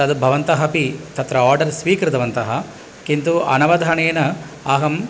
तद् भवन्तः अपि तत्र आर्डर् स्वीकृतवन्तः किन्तु अनवधानेन अहम्